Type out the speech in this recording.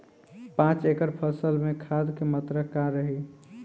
पाँच एकड़ फसल में खाद के मात्रा का रही?